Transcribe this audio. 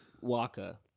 Waka